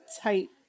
tight